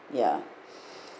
ya